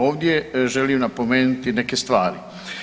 Ovdje želim napomenuti neke stvari.